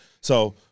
So-